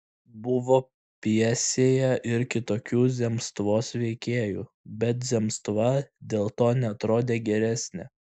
buvo pjesėje ir kitokių zemstvos veikėjų bet zemstva dėl to neatrodė geresnė